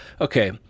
okay